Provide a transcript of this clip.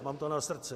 Mám to na srdci.